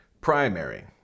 primary